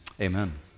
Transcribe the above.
amen